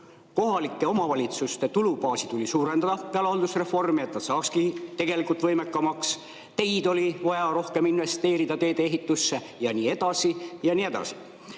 kohalike omavalitsuste tulubaasi tuli suurendada peale haldusreformi, et nad saaksid võimekamaks, teedesse oli vaja rohkem investeerida, tee-ehitusse, ja nii edasi ja nii edasi.